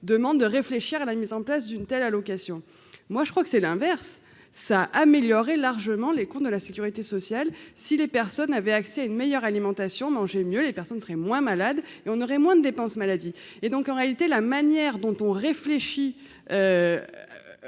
demande de réfléchir à la mise en place d'une telle allocation moi je crois que c'est l'inverse : ça améliorer largement les comptes de la Sécurité sociale si les personnes avaient accès à une meilleure alimentation, manger mieux les personnes seraient moins malades et on aurait moins de dépenses maladie et donc en réalité, la manière dont on réfléchit